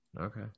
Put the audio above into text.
Okay